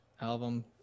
Album